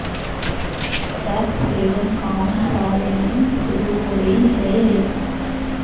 Tax haven कउन साल में शुरू होलई हे?